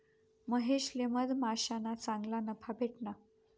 महेशले मधमाश्याना चांगला नफा भेटना